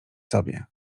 sobie